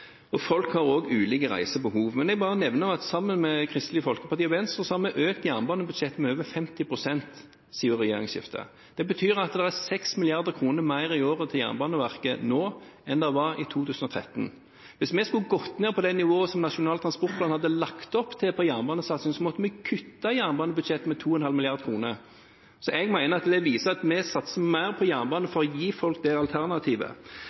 Folk har også ulike reisebehov. Men jeg bare nevner at sammen med Kristelig Folkeparti og Venstre har vi økt jernbanebudsjettet med over 50 pst. siden regjeringsskiftet. Det betyr at det er 6 mrd. kr mer i året til Jernbaneverket nå enn det var i 2013. Hvis vi skulle gått ned på det nivået som Nasjonal transportplan hadde lagt opp til på jernbanesatsing, måtte vi kutte i jernbanebudsjettet med 2,5 mrd. kr. Jeg mener det viser at vi satser mer på jernbane for å gi folk det alternativet.